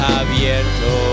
abierto